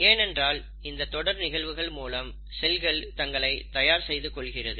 ஏனென்றால் இந்த தொடர் நிகழ்வுகள் மூலம் செல்கள் தங்களை தயார் செய்து கொள்கிறது